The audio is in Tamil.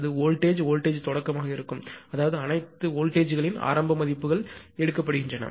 இது வோல்டேஜ் வோல்டேஜ் தொடக்கமாக இருக்கும் அதாவது அனைத்து வோல்டேஜ்ங்களின் ஆரம்ப மதிப்புகள் எடுக்கப்படுகின்றன